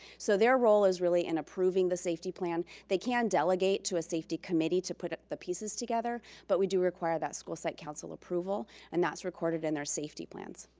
so their role is really in approving the safety plan. they can delegate to a safety committee to put the pieces together but we do require that school site council approval and that's recorded in their safety plans.